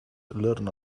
learn